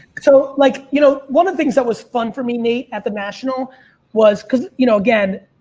so like, you know, one of the things that was fun for me me at the national was cause you know, again,